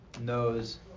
knows